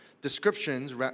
descriptions